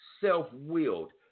self-willed